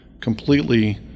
completely